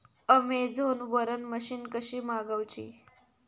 Amazon वरन machine कशी मागवची?